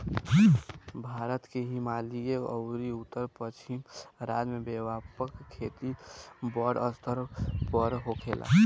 भारत के हिमालयी अउरी उत्तर पश्चिम राज्य में व्यापक खेती बड़ स्तर पर होखेला